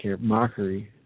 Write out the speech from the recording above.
mockery